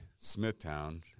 Smithtown